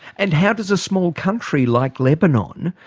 and how does a small country like lebanon,